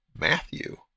Matthew